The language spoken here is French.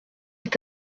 est